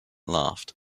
laughed